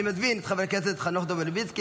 אני מזמין את חבר הכנסת חנוך דב מלביצקי,